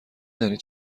دانید